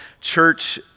church